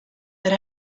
but